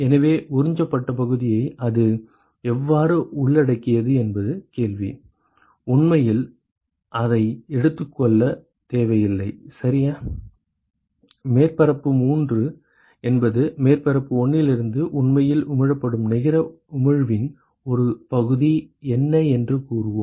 எனவே உறிஞ்சப்பட்ட பகுதியை அது எவ்வாறு உள்ளடக்கியது என்பது கேள்வி உண்மையில் அதை எடுத்துக்கொள்ள தேவையில்லை சரியா மேற்பரப்பு 3 என்பது மேற்பரப்பு 1 இலிருந்து உண்மையில் உமிழப்படும் நிகர உமிழ்வின் ஒரு பகுதி என்ன என்று கூறுவோம்